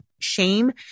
shame